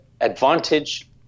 advantage